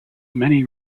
many